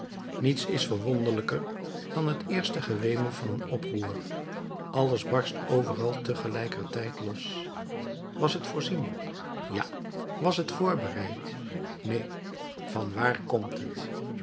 niets is verwonderlijker dan het eerste gewemel van een oproer alles barst overal tegelijkertijd los was het voorzien ja was het voorbereid neen van waar komt het